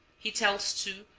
he tells, too,